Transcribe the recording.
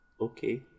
okay